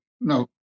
No